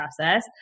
process